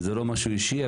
זה לא משהו אישי,